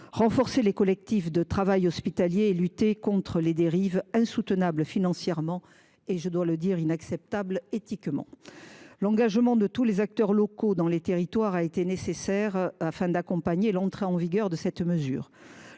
renforcer les collectifs de travail hospitalier et pour lutter contre des dérives insoutenables financièrement et inacceptables éthiquement. L’engagement de tous les acteurs locaux a été nécessaire afin d’accompagner l’entrée en vigueur de cette mesure.